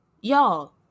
Y'all